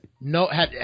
No